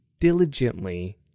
diligently